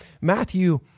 Matthew